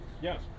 Yes